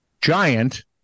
giant